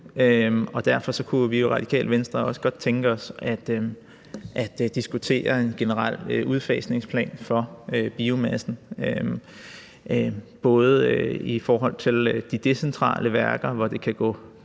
og derfor kunne vi i Radikale Venstre også godt tænke os at diskutere en generel udfasningsplan for biomassen, både i forhold til de decentrale værker, hvor det kan gå